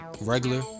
regular